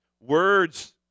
words